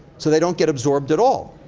so they don't get absorbed at all.